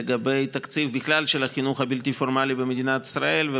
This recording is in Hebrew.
לגבי התקציב של החינוך הבלתי-פורמלי במדינת ישראל בכלל,